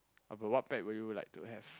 uh but what pet would you like to have